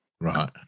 Right